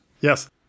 Yes